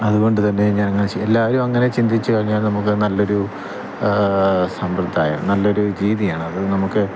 അതുകൊണ്ടുതന്നെ എല്ലാവരും അങ്ങനെ ചിന്തിച്ച് കഴിഞ്ഞാൽ നമുക്ക് നല്ലൊരു സ യേനെ നല്ലൊരു രീതിയാണത് നമുക്ക്